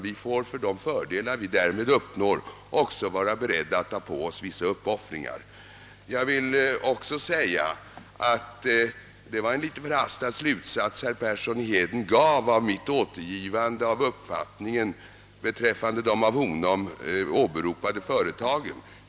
Vi får för de fördelar vi uppnår också vara beredda till vissa uppoffringar. Det var en något förhastad slutsats herr Persson i Heden drog av mitt återgivande av uppfattningen om de företag han åberopade.